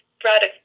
product